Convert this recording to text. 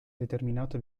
determinato